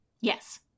yes